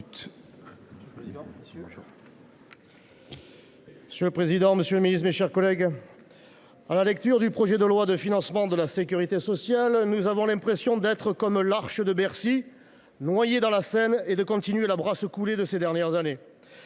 Monsieur le président, madame, monsieur les ministres, mes chers collègues, à la lecture du projet de loi de financement de la sécurité sociale, nous avons l’impression d’être, comme l’arche de Bercy, noyés dans la Seine et de continuer la brasse coulée de ces dernières années.